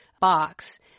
box